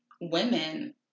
women